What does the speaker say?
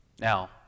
Now